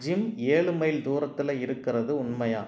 gym ஏழு mile தூரத்தில் இருக்கிறது உண்மையா